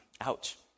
Ouch